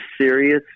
serious